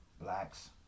blacks